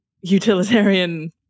utilitarian